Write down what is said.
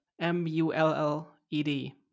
M-U-L-L-E-D